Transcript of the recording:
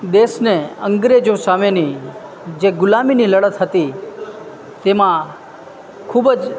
દેશને અંગ્રેજો સામેની જે ગુલામીની લડત હતી તેમાં ખૂબ જ